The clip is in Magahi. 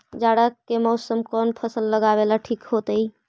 जाड़ा के समय कौन फसल लगावेला ठिक होतइ?